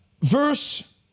verse